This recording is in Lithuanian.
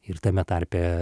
ir tame tarpe